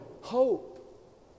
hope